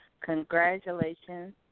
congratulations